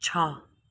छ